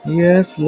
yes